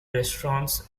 restaurants